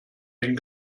den